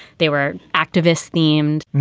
they were activists themed.